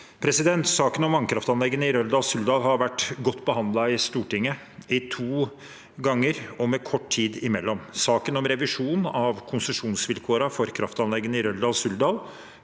Saken om vannkraftanleggene i Røldal–Suldal har vært godt behandlet Stortinget to ganger og med kort tid imellom. Saken om revisjon av konsesjonsvilkårene for kraftanleggene i Røldal–Suldal